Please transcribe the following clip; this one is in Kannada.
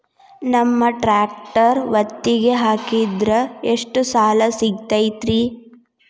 ನಮ್ಮ ಟ್ರ್ಯಾಕ್ಟರ್ ಒತ್ತಿಗೆ ಹಾಕಿದ್ರ ಎಷ್ಟ ಸಾಲ ಸಿಗತೈತ್ರಿ?